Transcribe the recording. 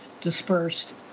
dispersed